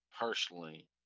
personally